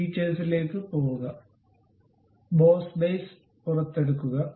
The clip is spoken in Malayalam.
ഫീച്ചേഴ്സിലേക്ക് പോകുക ബോസ് ബേസ് പുറത്തെടുക്കുക